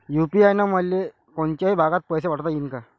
UPI न कोनच्याही भागात पैसे पाठवता येईन का?